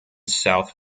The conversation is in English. south